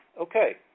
Okay